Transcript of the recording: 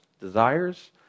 desires